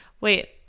Wait